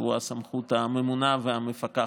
שהוא הסמכות הממונה והמפקחת.